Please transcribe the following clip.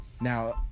Now